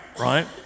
right